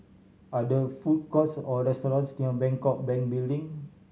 are there food courts or restaurants near Bangkok Bank Building